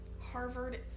Harvard